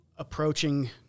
approaching